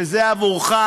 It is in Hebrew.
וזה עבורך,